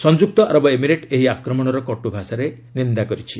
ସଂଯୁକ୍ତ ଆରବ ଏମିରେଟ୍ ଏହି ଆକ୍ରମଣର କଟ୍ ଭାଷାରେ ନିନ୍ଦର କରିଛି